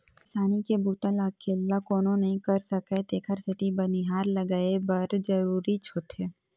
किसानी के बूता ल अकेल्ला कोनो नइ कर सकय तेखर सेती बनिहार लगये बर जरूरीच होथे